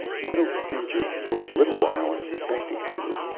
you know, major, for a little while i suspected you.